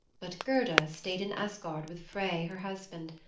but gerda stayed in asgard with frey, her husband,